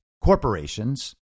corporations